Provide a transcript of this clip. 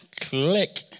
click